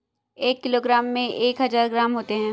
एक किलोग्राम में एक हज़ार ग्राम होते हैं